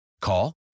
Call